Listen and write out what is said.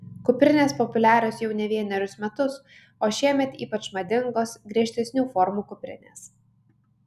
kuprinės populiarios jau ne vienerius metus o šiemet ypač madingos griežtesnių formų kuprinės